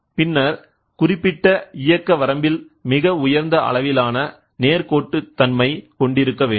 பின்னர் குறிப்பிட்ட இயக்க வரம்பில் மிக உயர்ந்த அளவிலான நேர்க்கோட்டுத்தன்மை கொண்டிருக்க வேண்டும்